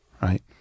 right